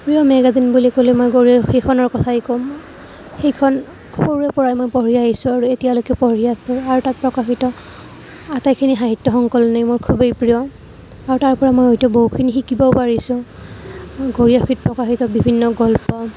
প্ৰিয় মেগাজিন বুলি ক'লে মই গৰীয়সীখনৰ কথাই কম সেইখন সৰুৰেপৰাই মই পঢ়ি আহিছোঁ আৰু এতিয়ালৈকে পঢ়ি আছো আৰু তাত প্ৰকাশিত আটাইখিনি সাহিত্য় সংকলনেই মোৰ খুবেই প্ৰিয় আৰু তাৰপৰা মই হয়তো বহুখিনি শিকিবও পাৰিছোঁ গৰীয়সীত প্ৰকাশিত বিভিন্ন গল্প